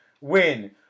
win